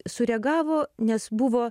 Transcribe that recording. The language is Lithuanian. sureagavo nes buvo